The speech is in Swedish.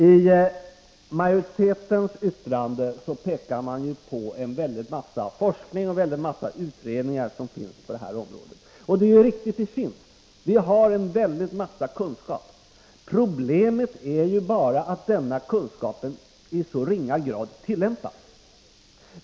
I majoritetens yttrande pekar man på en mycket omfattande forskning och en mängd utredningar som finns på det här området. Det är riktigt att detta finns. Vi har en massa kunskap, problemet är bara att denna kunskap i så ringa grad tillämpas.